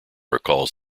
recalls